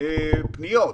2,390 פניות.